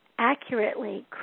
accurately